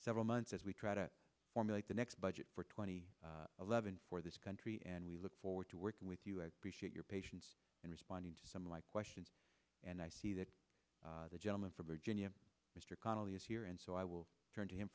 several months as we try to formulate the next budget for twenty seven for this country and we look forward to working with you as we shoot your patients in responding to some like questions and i see that the gentleman from virginia mr connelly is here and so i will turn to him